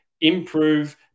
improve